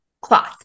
Cloth